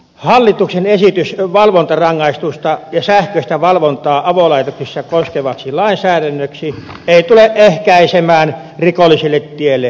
hallituksen esitys valvontarangaistusta ja sähköistä valvontaa avolaitoksissa koskevaksi lainsäädännöksi ei tule ehkäisemään rikolliselle tielle joutumista